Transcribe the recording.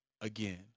again